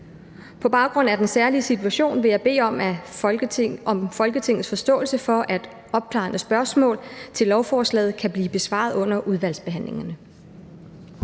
På baggrund af den særlige situation vil jeg bede om Folketingets forståelse for, at opklarende spørgsmål til lovforslaget kan blive besvaret under udvalgsbehandlingen.